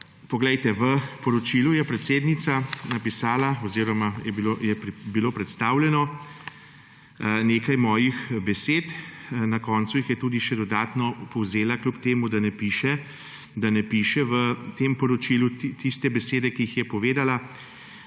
Poglejte, v poročilu je predsednica napisala oziroma je bilo predstavljeno nekaj mojih besed. Na koncu jih je tudi še dodatno povezala, kljub temu, da ne piše v tem poročilu tiste besede, ki jih je povedala.